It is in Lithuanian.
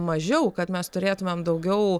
mažiau kad mes turėtumėm daugiau